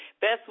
best